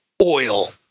oil